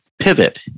pivot